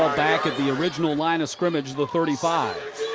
ah back at the original line of scrimmage, the thirty five.